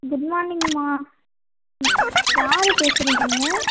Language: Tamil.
குட் மார்னிங்கம்மா யார் பேசுகிறீங்க நீங்கள்